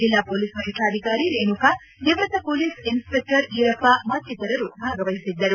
ಜಿಲ್ಲಾ ಪೊಲೀಸ್ ವರಿಷ್ಠಾಧಿಕಾರಿ ರೇಣುಕಾ ನಿವೃತ್ತ ಪೊಲೀಸ್ ಇನ್ಸ್ ಪೆಕ್ಟರ್ ಈರಪ್ಪ ಮತ್ತಿತರರು ಭಾಗವಹಿಸಿದ್ದರು